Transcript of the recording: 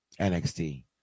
NXT